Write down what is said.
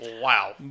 Wow